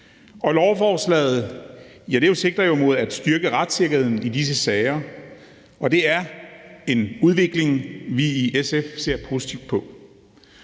Lovforslaget sigter jo mod at styrke retssikkerheden i disse sager, og det er en udvikling, vi i SF ser positivt på.